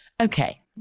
Okay